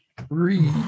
Three